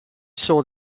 saw